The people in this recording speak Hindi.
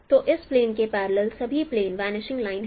तो इस प्लेन के पैरलेल सभी प्लेन वनिशिंग लाइन है